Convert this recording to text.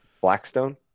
Blackstone